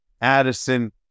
Addison